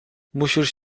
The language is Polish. musisz